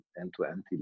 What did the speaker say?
end-to-end